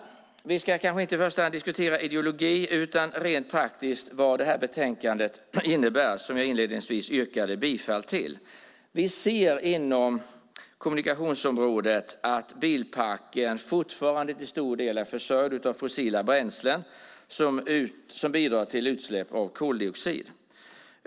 Vi ska kanske inte i första hand diskutera ideologi utan rent praktiskt vad förslaget i detta betänkande innebär som jag inledningsvis yrkade bifall till. Vi ser inom kommunikationsområdet att bilparken fortfarande till stor del är försörjd av fossila bränslen som bidrar till utsläpp av koldioxid.